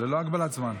ללא הגבלת זמן.